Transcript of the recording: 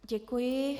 Děkuji.